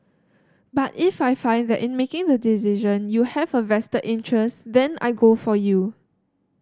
but if I find that in making the decision you have a vested interest then I go for you